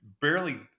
barely